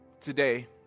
Today